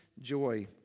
joy